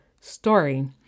story